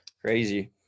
crazy